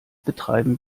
betreiben